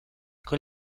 con